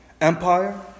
empire